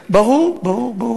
ברור, ברור, ברור.